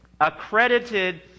accredited